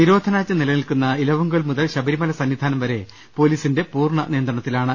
നിരോധനാജ്ഞ നിലനിൽക്കുന്ന ഇലവുങ്കൽ മുതൽ ശബരിമല സന്നിധാനം വരെ പൊലീസിന്റെ പൂർണ്ണ നിയന്ത്രണത്തിലാണ്